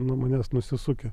nuo manęs nusisukę